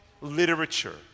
literature